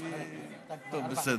טוב, בסדר.